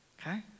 Okay